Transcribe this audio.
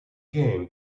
game